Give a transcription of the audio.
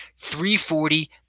340